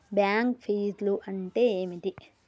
Bank ఫీజ్లు అంటే ఏమిటి?